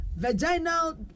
Vaginal